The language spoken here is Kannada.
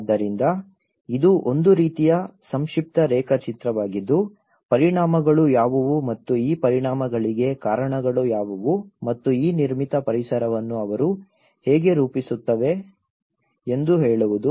ಆದ್ದರಿಂದ ಇದು ಒಂದು ರೀತಿಯ ಸಂಕ್ಷಿಪ್ತ ರೇಖಾಚಿತ್ರವಾಗಿದ್ದು ಪರಿಣಾಮಗಳು ಯಾವುವು ಮತ್ತು ಈ ಪರಿಣಾಮಗಳಿಗೆ ಕಾರಣಗಳು ಯಾವುವು ಮತ್ತು ಈ ನಿರ್ಮಿತ ಪರಿಸರವನ್ನು ಅವು ಹೇಗೆ ರೂಪಿಸುತ್ತವೆ ಎಂದು ಹೇಳುವುದು